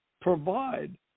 provide